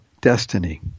destiny